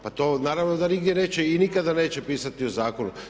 Pa to naravno da nigdje neće i nikada neće pisati u zakonu.